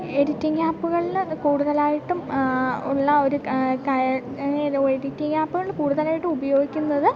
editing ആപ്പുകളിൽ കൂടുതലായിട്ടും ഉള്ള ഒരു ക എഡിറ്റിങ്ങ് ആപ്പുകൾ കൂടുതലായിട്ടുപയോഗിക്കുന്നത്